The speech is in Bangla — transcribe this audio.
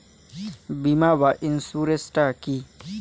বিমা বা ইন্সুরেন্স টা কি?